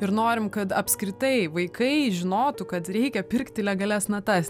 ir norim kad apskritai vaikai žinotų kad reikia pirkti legalias natas